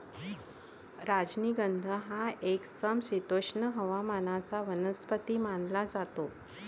राजनिगंध हा एक समशीतोष्ण हवामानाचा वनस्पती मानला जातो